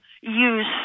use